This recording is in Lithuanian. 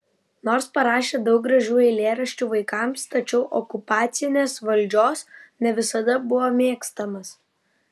nors parašė daug gražių eilėraščių vaikams tačiau okupacinės valdžios ne visada buvo mėgstamas